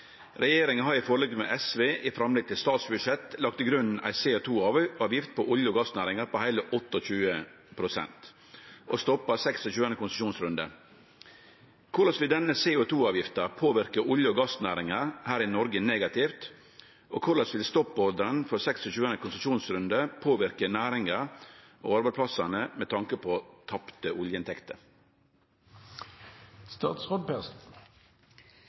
Regjeringa har i forlik med SV i framlegg til statsbudsjettet lagt til grunn ei CO 2 -avgift på olje- og gassnæringa på heile 28 pst., og stoppa 26. konsesjonsrunde. Korleis vil denne CO 2 -avgifta påverke olje- og gassnæringa her i Noreg negativt, og korleis vil stoppordren for 26. konsesjonsrunde påverke næringa og arbeidsplassane med tanke på tapte